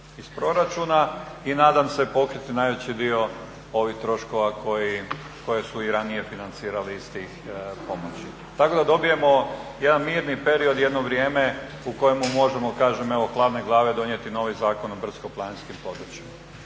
i nadam se pokriti najveći dio ovih troškova koje su i ranije financirali iz tih pomoći. Tako da dobijemo jedan mirni period i jedno vrijeme u kojemu možemo kažem evo hladne glave donijeti novi Zakon o brdsko-planinskim područjima.